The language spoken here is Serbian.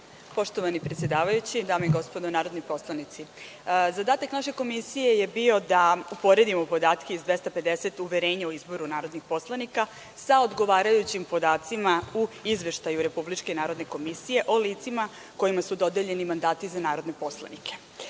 Hvala. Poštovani predsedavajući, dame i gospodo narodni poslanici, zadatak naše Komisije je bio da uporedimo podatke iz 250 uverenja o izboru narodnih poslanika sa odgovarajućim podacima u Izveštaju Republičke narodne komisije o licima kojima su dodeljeni mandati za narodne poslanike. Saglasno